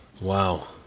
wow